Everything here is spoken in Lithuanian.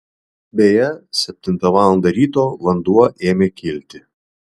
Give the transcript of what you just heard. beje septintą valandą ryto vanduo ėmė kilti